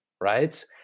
right